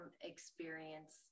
experience